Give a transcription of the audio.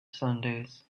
sundays